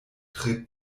tre